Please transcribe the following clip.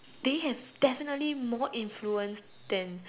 they have definitely more influence than